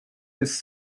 his